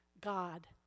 God